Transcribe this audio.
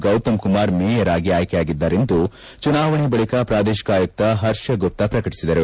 Gautam Kumar mayor ಆಗಿ ಆಯ್ಕೆಯಾಗಿದ್ದಾರೆಂದು ಚುನಾವಣೆ ಬಳಿಕ ಪ್ರಾದೇಶಿಕ ಆಯುಕ್ತ ಹರ್ಷ ಗುಪ್ತಾ ಪ್ರಕಟಿಸಿದರು